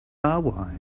are